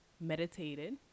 meditated